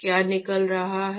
क्या निकल रहा है